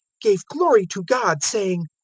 gave glory to god, saying,